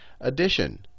addition